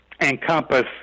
encompass